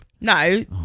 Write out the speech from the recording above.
No